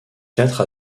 quatre